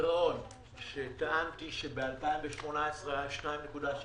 שהגירעון ב-2018 שהיה 2.9